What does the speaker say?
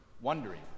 wondering